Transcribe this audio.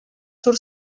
surt